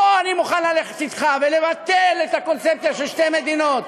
פה אני מוכן ללכת אתך ולבטל את הקונספציה של שתי מדינות.